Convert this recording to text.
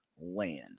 Land